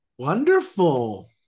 Wonderful